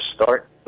start